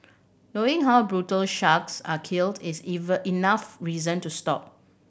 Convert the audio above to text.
knowing how brutal sharks are killed is even enough reason to stop